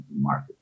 market